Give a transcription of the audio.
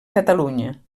catalunya